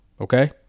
okay